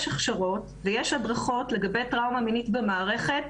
יש הכשרות ויש הדרכות לגבי טראומה מינית במערכת,